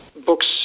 books